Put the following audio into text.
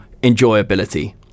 enjoyability